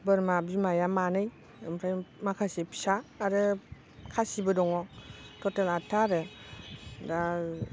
बोरमा बिमाया मानै ओमफ्राय माखासे फिसा आरो खासिबो दङ थथेल आतथा आरो दा